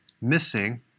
missing